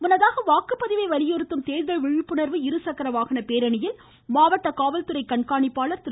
முன்னதாக வாக்குப்பதிவை வலியுறுத்தும் தேர்தல் விழிப்புணர்வு இருசக்கர வாகன பேரணியில் மாவட்ட காவல்துறை கண்காணிப்பாளர் திரு